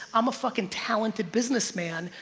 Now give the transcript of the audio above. i'm a fucking talented businessman,